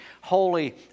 holy